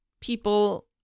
people